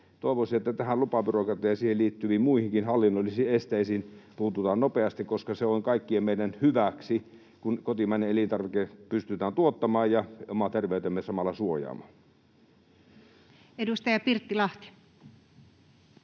Toivoisin, että tähän lupabyrokratiaan ja siihen liittyviin muihinkin hallinnollisiin esteisiin puututaan nopeasti, koska se on kaikkien meidän hyväksi, kun kotimainen elintarvike pystytään tuottamaan ja oma terveytemme samalla suojaamaan. [Speech 52] Speaker: